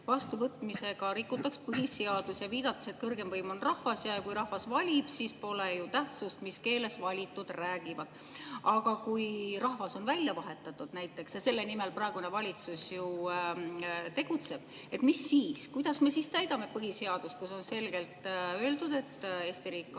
vastuvõtmisega rikutaks põhiseadust, viidates, et kõrgeim võim on rahvas ja kui rahvas valib, siis pole ju tähtsust, mis keeles valitud räägivad. Aga kui rahvas on välja vahetatud näiteks, ja selle nimel praegune valitsus ju tegutseb, mis siis? Kuidas me siis täidame põhiseadust, kus on selgelt öeldud, et Eesti riik